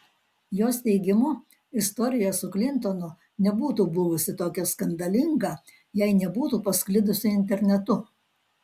jos teigimu istorija su klintonu nebūtų buvusi tokia skandalinga jei nebūtų pasklidusi internetu